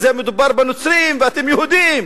מדובר בנוצרים, ואתם יהודים.